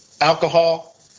alcohol